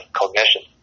cognition